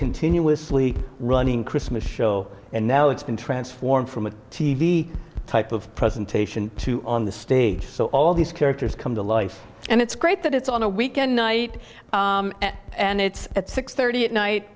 continuously running christmas show and now it's been transformed from a t v type of presentation to on the stage so all these characters come to life and it's great that it's on a weekend night and it's at six thirty at night